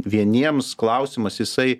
vieniems klausimas jisai